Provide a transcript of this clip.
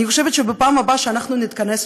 אני חושבת שבפעם הבאה שאנחנו נתכנס פה,